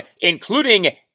including